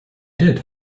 did